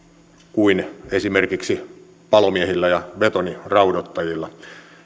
kuin esimerkiksi palomiehillä ja betoniraudoittajilla